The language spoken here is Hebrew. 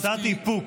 קצת איפוק,